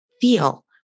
feel